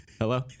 Hello